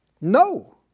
no